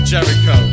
Jericho